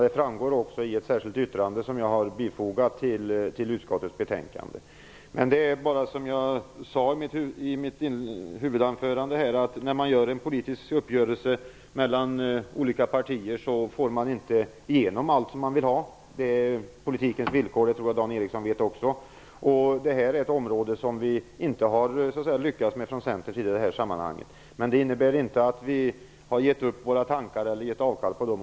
Det framgår av ett särskilt yttrande som jag har bifogat till utskottets betänkande. Det är bara så, som jag sade i mitt huvudanförande, att när man träffar en politisk uppgörelse mellan olika partier får man inte igenom allt som man vill ha; det är politikens villkor. Jag tror att Dan Ericsson också vet det. Det här är ett område som vi inte har lyckats med från Centerns sida, men det innebär inte att vi har gett upp våra tankar eller gett avkall på dem.